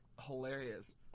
hilarious